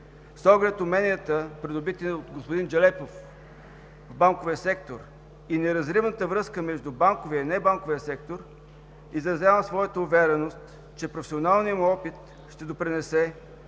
С оглед уменията, придобити от господин Джелепов в банковия сектор, и неразривната връзка между банковия и небанковия сектор изразявам своята увереност, че професионалният му опит ще допринесе